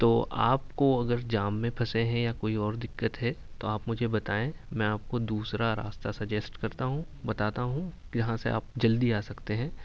تو آپ کو اگر جام میں پھنسے ہیں یا کوئی اور دقت ہے تو آپ مجھے بتائیں میں آپ کو دوسرا راستہ سجیسٹ کرتا ہوں بتاتا ہوں جہاں سے آپ جلدی آ سکتے ہیں